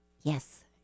Yes